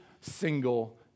single